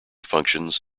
functions